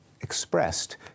expressed